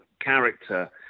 character